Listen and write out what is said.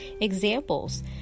examples